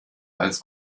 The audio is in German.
als